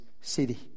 city